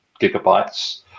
gigabytes